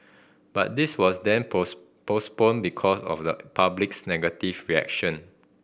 but this was then post postponed because of the public's negative reaction